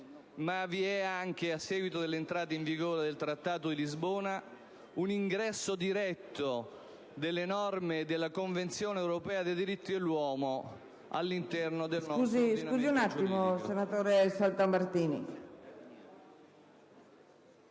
ma vi è anche, a seguito dell'entrata in vigore del Trattato di Lisbona, un ingresso diretto delle norme della Convenzione europea dei diritti dell'uomo all'interno del nostro ordinamento giuridico.